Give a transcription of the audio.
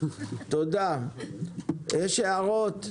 יש הערות?